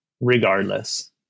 regardless